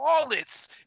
Wallets